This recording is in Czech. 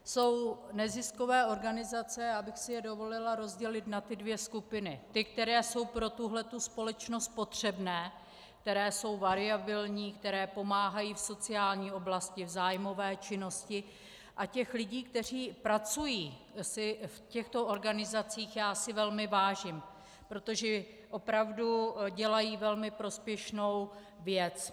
Jsou neziskové organizace, dovolila bych si je rozdělit na dvě skupiny ty, které jsou pro tuhle společnost potřebné, které jsou variabilní, které pomáhají v sociální oblasti, v zájmové činnosti, a těch lidí, kteří pracují v těchto organizacích, si já velmi vážím, protože opravdu dělají velmi prospěšnou věc.